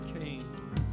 came